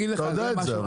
אתה יודע את זה הרי.